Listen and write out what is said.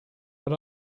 but